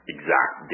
exact